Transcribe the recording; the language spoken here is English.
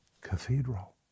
cathedral